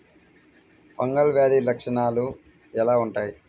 Fungal వ్యాధి లక్షనాలు ఎలా వుంటాయి?